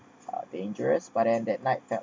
dangerous but then that night